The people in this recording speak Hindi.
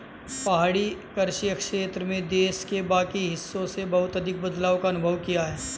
पहाड़ी कृषि क्षेत्र में देश के बाकी हिस्सों से बहुत अधिक बदलाव का अनुभव किया है